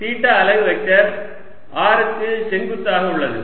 theta அலகு vector r க்கு செங்குத்தாக உள்ளது